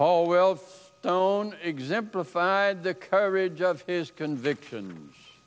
paul well known exemplified the courage of his conviction